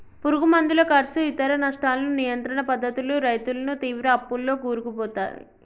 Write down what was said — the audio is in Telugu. పురుగు మందుల కర్సు ఇతర నష్టాలను నియంత్రణ పద్ధతులు రైతులను తీవ్ర అప్పుల్లో కూరుకుపోయాయి